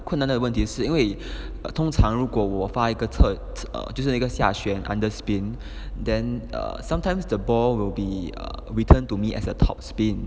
困难的问题是因为通常如果我发一个特 err 就是一个下卷 under spin then err sometimes the ball will be eh return to me as a top spin